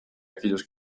aquellos